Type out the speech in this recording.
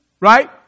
Right